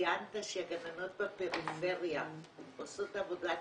שכשציינת שהגננות בפריפריה עושות עבודת